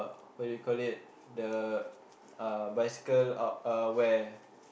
what do you call it the uh bicycle out uh wear